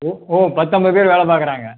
ஓ ஓ பத்து ஐம்பது பேர் வேலை பார்க்குறாங்க